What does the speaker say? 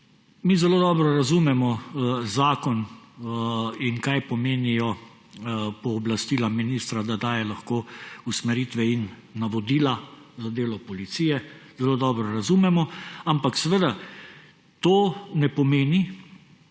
Mi zelo dobro razumemo zakon in kaj pomenijo pooblastila ministra, da lahko daje usmeritve in navodila za delo policije, zelo dobro razumemo. Ampak to ne pomeni,